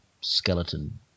skeleton